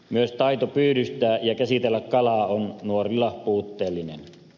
myös taito pyydystää ja käsitellä kalaa on nuorilla puutteellinen